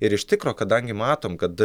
ir iš tikro kadangi matom kad